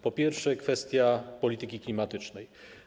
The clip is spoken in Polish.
Po pierwsze, kwestia polityki klimatycznej.